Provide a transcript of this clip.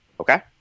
Okay